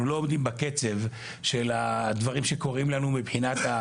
לא עומדים בקצב בדברים שקורים לנו מבחינת,